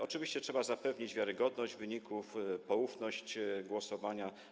Oczywiście trzeba zapewnić wiarygodność wyników, poufność głosowania.